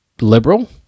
liberal